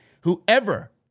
whoever